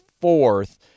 fourth